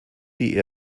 die